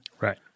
Right